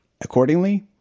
accordingly